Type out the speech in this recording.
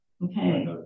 Okay